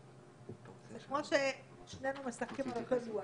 זה כמו ששנינו משחקים על אותו לוח,